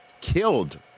killed